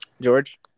George